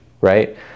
right